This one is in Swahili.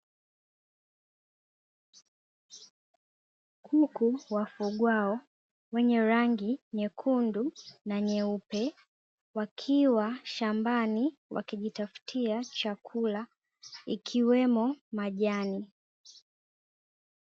Kuku wafugwao wenye rangi nyekundu na nyeupe, wakiwa shambani wakijitafutia chakula, ikiwemo majani.